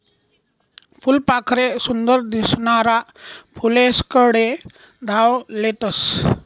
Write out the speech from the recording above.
फुलपाखरे सुंदर दिसनारा फुलेस्कडे धाव लेतस